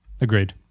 Agreed